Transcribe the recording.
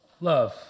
Love